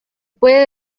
puede